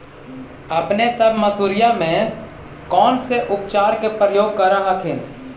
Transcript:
अपने सब मसुरिया मे कौन से उपचार के प्रयोग कर हखिन?